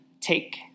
take